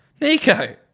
Nico